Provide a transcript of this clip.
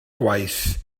gwaith